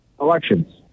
elections